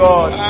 God